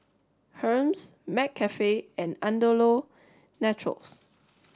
Hermes McCafe and Andalou Naturals